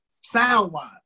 sound-wise